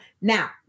Now